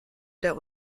der